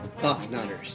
Bucknutters